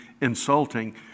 insulting